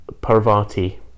Parvati